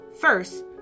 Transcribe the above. First